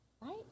right